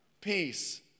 Peace